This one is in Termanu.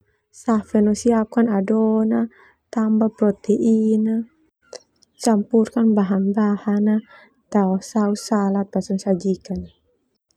Safe no siapkan adona tambah protein campuran. Bahan bahan tao saos salat basa sona sajikan.